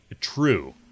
true